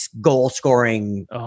goal-scoring